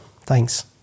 Thanks